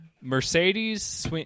Mercedes